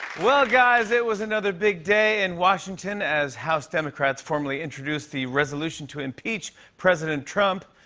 well, guys, it was another big day in washington, as house democrats formally introduced the resolution to impeach president trump.